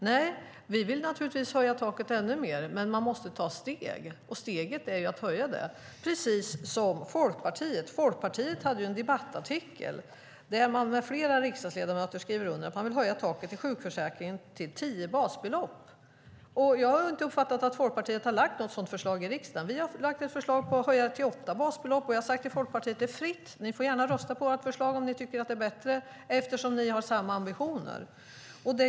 Nej, vi vill naturligtvis höja taket ännu mer, men man måste ta steg. Och steget är att höja taket, precis som Folkpartiet vill. Folkpartiet hade ju en debattartikel där flera riksdagsledamöter skriver att de vill höja taket i sjukförsäkringen till tio basbelopp. Jag har inte uppfattat att Folkpartiet har lagt fram något sådant förslag i riksdagen. Vi har lagt fram ett förslag om att höja det till åtta basbelopp, och jag har sagt till Folkpartiet: Det är fritt - ni får gärna rösta på vårt förslag om ni tycker att det är bättre eftersom ni har samma ambitioner.